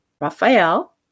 Raphael